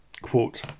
Quote